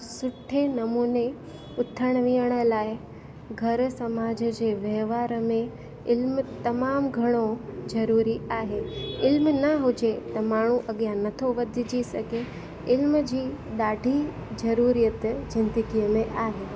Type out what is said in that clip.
सुठे नमूने उथण विहण लाइ घर समाज जे वहिंवार में इल्मु तमामु घणो ज़रूरी आहे इल्मु न हुजे त माण्हू अॻियां नथो वधिजी सघे इल्म जी ॾाढी ज़रूरियत ज़िंदगीअ में आहे